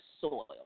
soil